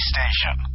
Station